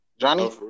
Johnny